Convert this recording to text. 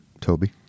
Toby